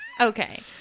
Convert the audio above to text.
Okay